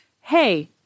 Hey